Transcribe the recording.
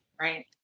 Right